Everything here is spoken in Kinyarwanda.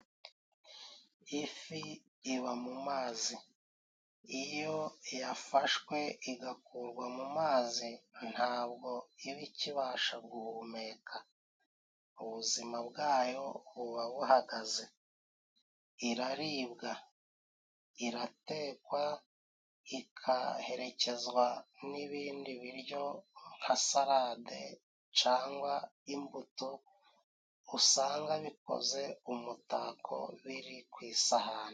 Ifi iba mu mazi, iyo yafashwe igakurwa mu mazi ntabwo iba ikibasha guhumeka, ubuzima bwayo buba buhagaze, iraribwa, iratekwa ikaherekezwa n'ibindi biryo nka sarade cangwa imbuto usanga bikoze umutako biri ku isahani.